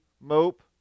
mope